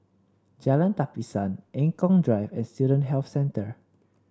Jalan Tapisan Eng Kong Drive and Student Health Centre